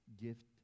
gift